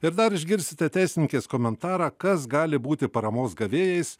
ir dar išgirsite teisininkės komentarą kas gali būti paramos gavėjais